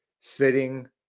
sitting